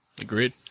agreed